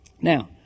Now